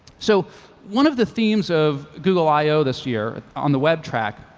so one of the themes of google i o this year, on the web track,